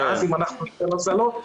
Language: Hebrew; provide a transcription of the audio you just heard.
אם אנחנו ניתן הוזלות,